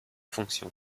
fonctions